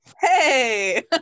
Hey